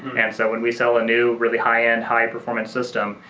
and so when we sell a new, really high-end, high-performance system,